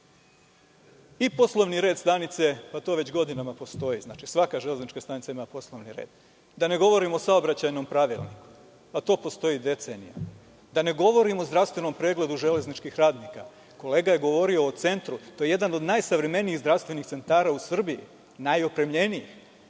i poslovni red stanice, pa to već godinama postoji, svaka železnička stanica ima poslovni red. Da ne govorim o saobraćajnom pravilniku. Pa to postoji decenijama. Da ne govorim o zdravstvenom pregledu železničkih radnika. Kolega je govorio o Centru, to je jedan od najsavremenijih zdravstvenih centara u Srbiji, najopremljeniji.